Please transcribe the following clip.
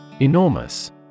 Enormous